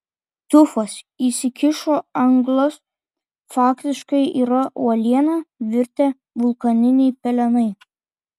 tufas įsikišo anglas faktiškai yra uoliena virtę vulkaniniai pelenai